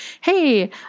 hey